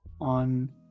on